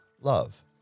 love